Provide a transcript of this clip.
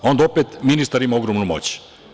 Onda opet ministar ima ogromnu moć.